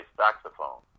saxophone